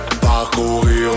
Parcourir